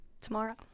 Tomorrow